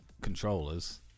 controllers